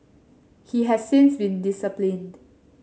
he has since been disciplined